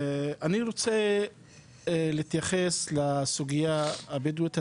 אני רוצה להתייחס לסוגה הבדואית.